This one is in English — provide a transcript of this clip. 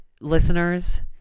listeners